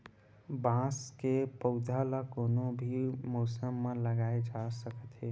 बांस के पउधा ल कोनो भी मउसम म लगाए जा सकत हे